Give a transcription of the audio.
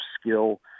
skill